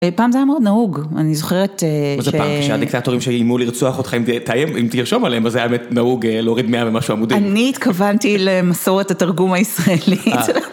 פעם זה היה מאוד נהוג, אני זוכרת... מה זה פעם? כשהדיקטטורים שאיימו לרצוח אותך אם תיימתי, אם תרשום עליהם, אז זה היה באמת נהוג להוריד מאה ממשהו עמודי? אני התכוונתי למסורת התרגום הישראלית.